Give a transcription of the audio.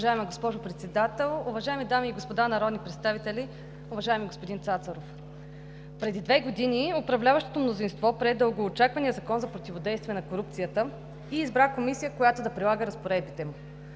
Уважаема госпожо Председател, уважаеми дами и господа народни представители, уважаеми господин Цацаров! Преди две години управляващото мнозинство прие дългоочаквания Закон за противодействие на корупцията и избра Комисия, която да прилага разпоредбите му.